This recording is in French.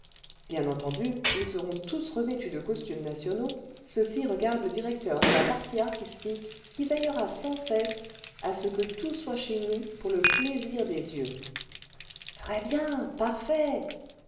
bien entendu ils seront tous revêtus de costumes nationaux ceci regarde le directeur cle la partie artistique qui veillera sans cesse à ce que tout soit chez nous pour le plaisir des yeux